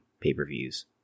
pay-per-views